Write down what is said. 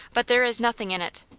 but there is nothing in it!